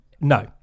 No